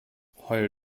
heul